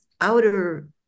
outer